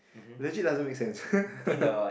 legit doesn't make sense ppo